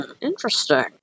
Interesting